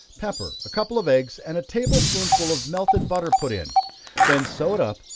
pepper, a couple of eggs, and a table spoonful of melted butter put in then sew it up,